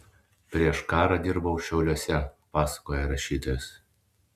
prieš karą dirbau šiauliuose pasakoja rašytojas